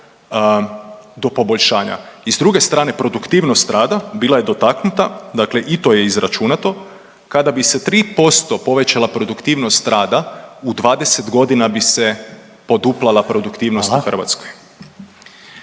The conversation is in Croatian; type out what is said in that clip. do poboljšanja. I s druge strane, produktivnost rada bila je dotaknuta, dakle i to je izračunato. Kada bi se 3% povećala produktivnost rada, u 20 godina bi se poduplala produktivnost u Hrvatskoj.